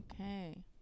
Okay